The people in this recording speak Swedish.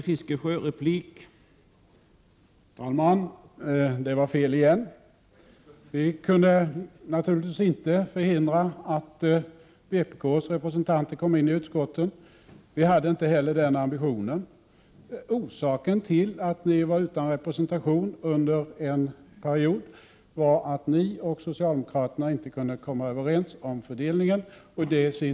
Herr talman! Det var fel igen. Vi kunde naturligtvis inte förhindra vpk:s representanter från att få plats i utskotten — vi hade inte heller den ambitionen. Orsaken till att ni var utan representation under en period var att ni och socialdemokraterna inte kunde komma överens om fördelningen om platser na.